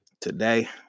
Today